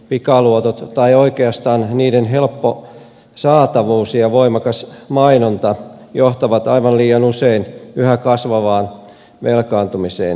pikaluotot tai oikeastaan niiden helppo saatavuus ja voimakas mainonta johtavat aivan liian usein yhä kasvavaan velkaantumiseen